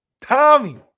Tommy